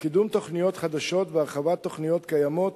וקידום תוכניות חדשות והרחבת תוכניות קיימות